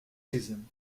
season